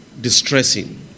distressing